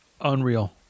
Unreal